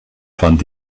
fand